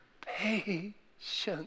patience